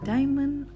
Diamond